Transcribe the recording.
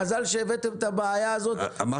מזל שהבאתם את הבעיה הזאת עשרה חודשים --- מה